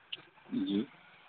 जी